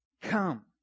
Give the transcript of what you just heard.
come